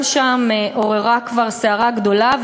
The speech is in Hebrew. גם שם עוררה כבר סערה גדולה,